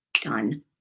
Done